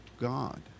God